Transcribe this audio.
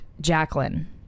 jacqueline